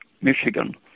Michigan